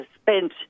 spent